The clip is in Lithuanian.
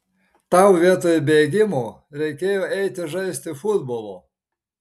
tau vietoj bėgimo reikėjo eiti žaisti futbolo